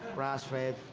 grass fed,